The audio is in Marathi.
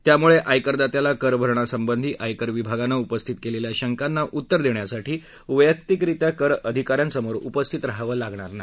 त्यामुळे आयकरदात्याला करभरणासंबंधी आयकर विभागाने उपस्थित केलेल्या शंकांना उत्तर देण्यासाठी वैयक्तिकरित्या कर अधिकाऱ्यांसमोर उपस्थित रहावे लागणार नाही